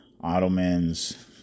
Ottomans